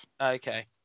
Okay